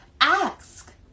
Ask